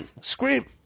scream